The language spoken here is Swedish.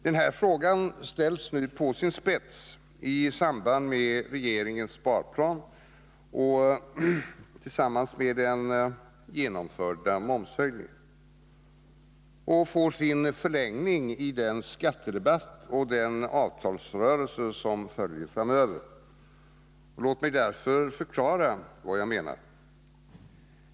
Den här frågan ställs nu på sin spets i samband med regeringens sparplan, tillsammans med den redan genomförda momshöjningen och i förlängningen i den skattedebatt och den avtalsrörelse som följer framöver. Låt mig därför förklara vad jag menar.